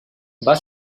van